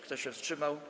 Kto się wstrzymał?